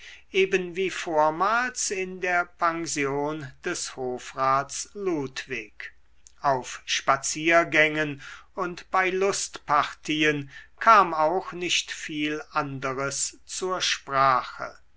eben wie vormals in der pension des hofrats ludwig auf spaziergängen und bei lustpartien kam auch nicht viel anderes zur sprache